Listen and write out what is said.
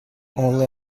only